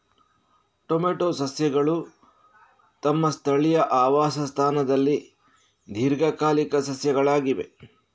tomato ಸಸ್ಯಗಳು ತಮ್ಮ ಸ್ಥಳೀಯ ಆವಾಸ ಸ್ಥಾನದಲ್ಲಿ ದೀರ್ಘಕಾಲಿಕ ಸಸ್ಯಗಳಾಗಿವೆ